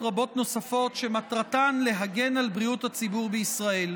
רבות נוספות שמטרתן להגן על בריאות הציבור בישראל.